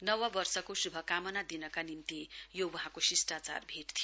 नववर्षको श्भकामना दिनका निम्ति यो वहाँको शिष्टाचार भेट थियो